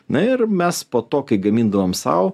na ir mes po to kai gamindavom sau